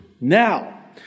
Now